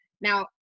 Now